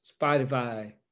Spotify